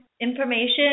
Information